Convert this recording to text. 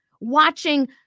watching